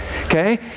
okay